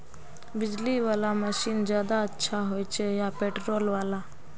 बिजली वाला मशीन ज्यादा अच्छा होचे या पेट्रोल वाला?